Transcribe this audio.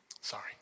Sorry